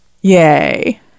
Yay